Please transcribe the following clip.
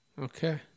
Okay